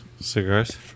cigars